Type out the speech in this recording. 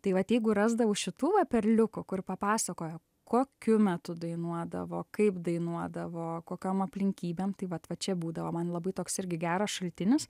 tai vat jeigu rasdavau šitų va perliukų kur papasakojo kokiu metu dainuodavo kaip dainuodavo kokiom aplinkybėm tai vat va čia būdavo man labai toks irgi geras šaltinis